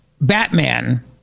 Batman